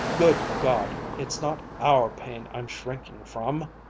good god, it's not our pain i'm shrinking from!